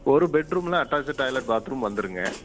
ஒரு பெட் ரூம்மில் attached toilet bathroom வந்துருங்க